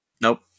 Nope